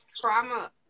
trauma